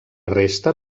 resta